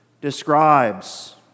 describes